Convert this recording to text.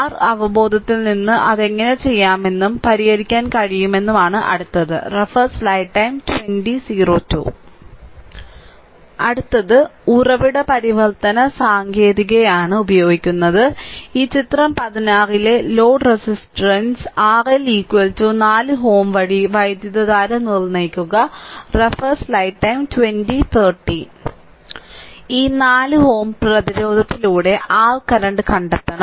R അവബോധത്തിൽ നിന്ന് അത് എങ്ങനെ ചെയ്യാമെന്നും പരിഹരിക്കാൻ കഴിയുമെന്നുമാണ് അടുത്തത് അടുത്തത് ഉറവിട പരിവർത്തന സാങ്കേതികതയാണ് ഉപയോഗിക്കുന്നത് ഈ ചിത്രം 16 ലെ ലോഡ് റെസിസ്റ്റൻസ് RL 4Ω വഴി വൈദ്യുതധാര നിർണ്ണയിക്കുക ഈ 4 Ω പ്രതിരോധത്തിലൂടെ r കറന്റ് കണ്ടെത്തണം